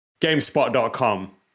gamespot.com